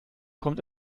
kommt